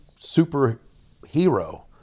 superhero